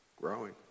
growing